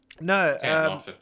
No